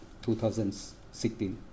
2016